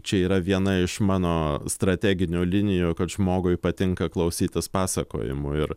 čia yra viena iš mano strateginių linijų kad žmogui patinka klausytis pasakojimų ir